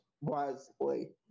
wisely